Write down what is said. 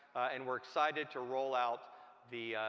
and we're excited to roll out the